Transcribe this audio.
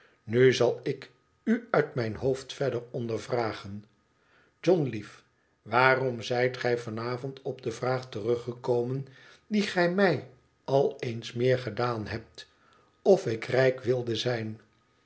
nu zal ik u uit mijn hoofd verder ondervragen john lief waarom zijt gij van avond op de vraag teruggekomen die gij mij al eens meer gedaan hebt of ik rijk wilde zijn